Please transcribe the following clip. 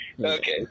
Okay